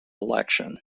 election